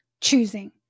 choosing